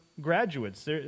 graduates